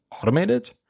automated